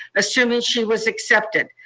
assuming she was accepted.